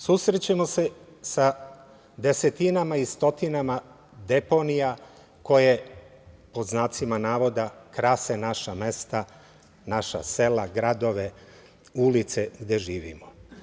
Susrećemo se sa desetinama i stotinama deponija koje "krase" naša mesta, naša sela, gradove, ulice gde živimo.